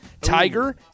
Tiger